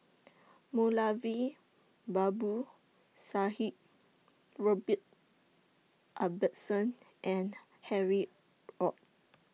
Moulavi Babu Sahib Robert Ibbetson and Harry ORD